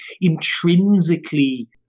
intrinsically